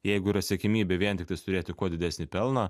jeigu yra siekiamybė vien tiktais turėti kuo didesnį pelną